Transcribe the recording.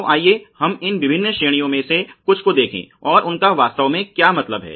तो आइए हम इन विभिन्न श्रेणियों में से कुछ को देखें और उनका वास्तव में क्या मतलब है